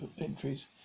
entries